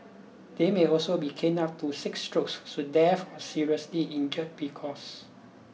they may also be caned up to six strokes should death or seriously injury be caused